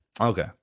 okay